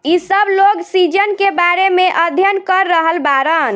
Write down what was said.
इ सब लोग सीजन के बारे में अध्ययन कर रहल बाड़न